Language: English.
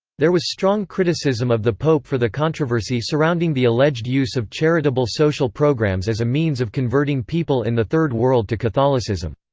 there was strong criticism of the pope for the controversy surrounding the alleged use of charitable social programmes as a means of converting people in the third world to catholicism.